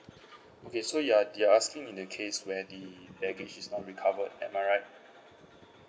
okay so you're you're asking in the case where the baggage is not recovered am I right